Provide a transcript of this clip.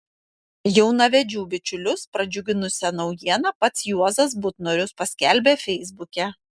jaunavedžių bičiulius pradžiuginusią naujieną pats juozas butnorius paskelbė feisbuke